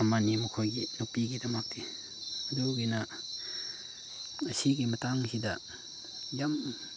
ꯑꯃꯅꯤ ꯃꯈꯣꯏꯒꯤ ꯅꯨꯄꯤꯒꯤꯗꯃꯛꯇꯤ ꯑꯗꯨꯒꯤꯅ ꯃꯁꯤꯒꯤ ꯃꯇꯥꯡꯁꯤꯗ ꯌꯥꯝ